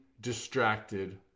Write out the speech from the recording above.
distracted